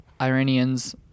Iranians